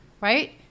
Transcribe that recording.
right